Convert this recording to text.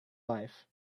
life